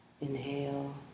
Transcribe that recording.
Inhale